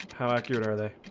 how accurate are they?